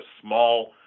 small